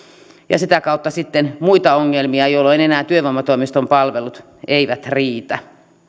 ja sitä kautta sitten muita ongelmia jolloin enää työvoimatoimiston palvelut eivät riitä